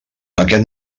aquest